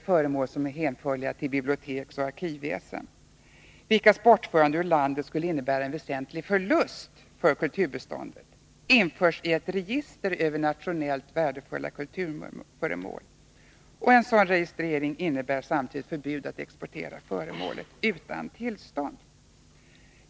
föremål som är hänförliga till biblioteksoch arkivväsen, vilkas bortförande ur landet skulle innebära en väsentlig förlust för kulturbeståndet, införs i ett register över nationellt värdefulla kulturföremål. En sådan registrering innebär samtidigt förbud att exportera föremålet utan tillstånd.